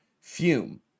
Fume